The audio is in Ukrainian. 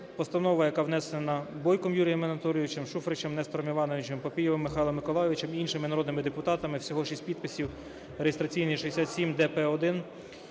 постанова, яка внесена Бойком Юрієм Анатолійовичем, Шуфричем Нестором Івановичем, Папієвим Михайлом Миколайовичем і іншими народними депутатами, всього 6 підписів, реєстраційний 5670-д-П1,